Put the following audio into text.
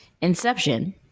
Inception